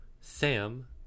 Sam